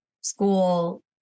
school